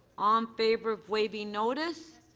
um favor of waiving notice.